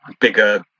bigger